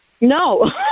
No